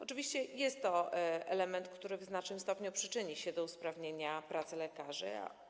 Oczywiście jest to element, który w znacznym stopniu przyczyni się do usprawnienia pracy lekarzy.